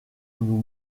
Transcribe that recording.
nous